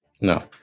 No